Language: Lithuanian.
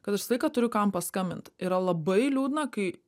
kad aš visą laiką turiu kam paskambint yra labai liūdna kai